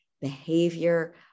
behavior